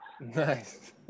nice